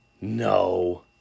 No